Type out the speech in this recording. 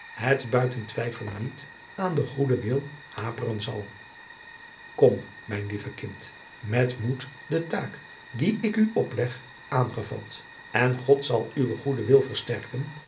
het buiten twijfel niet aan den goeden wil haperen zal kom mijn lieve kind met moed de taak die ik u opleg aangevat en god zal uwen goeden wil versterken